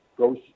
goes